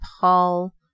paul